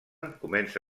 comença